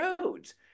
roads